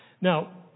Now